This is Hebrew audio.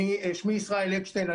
שמי ישראל אקשטיין.